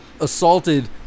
assaulted